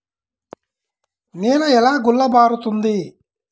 నేల ఎలా గుల్లబారుతుంది?